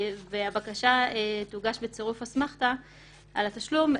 הבקשה תוגש בצירוף אסמכתה על התשלום,